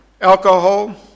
Alcohol